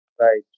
Right